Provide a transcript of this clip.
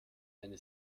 deine